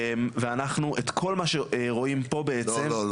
ואנחנו את כל מה שרואים פה בעצם -- לא,